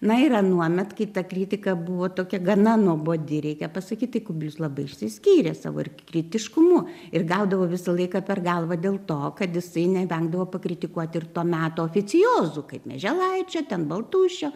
na ir anuomet kai ta kritika buvo tokia gana nuobodi reikia pasakyt tai kubilius labai išsiskyrė savo ir kritiškumu ir gaudavo visą laiką per galvą dėl to kad jisai nevengdavo pakritikuoti ir to meto oficiozų kaip mieželaičio ten baltušio